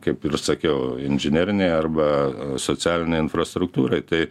kaip ir sakiau inžinerinei arba socialinei infrastruktūrai tai